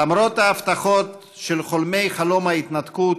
למרות ההבטחות של חולמי חלום ההתנתקות,